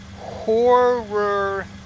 horror